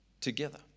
together